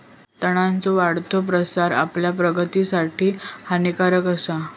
तणांचो वाढतो प्रसार आपल्या प्रगतीसाठी हानिकारक आसा